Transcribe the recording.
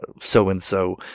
so-and-so